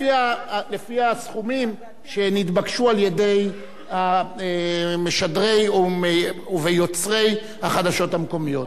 לפי הסכומים שנתבקשו על-ידי משדרי ויוצרי החדשות המקומיות.